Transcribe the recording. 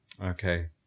okay